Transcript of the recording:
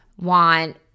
want